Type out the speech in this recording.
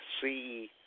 see